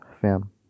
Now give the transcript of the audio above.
fam